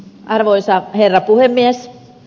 arvoisa herra puhemies